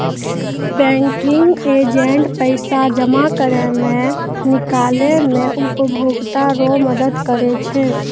banking agent पैसा जमा करै मे, निकालै मे उपभोकता रो मदद करै छै